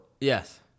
Yes